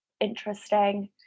interesting